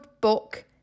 book